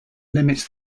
limits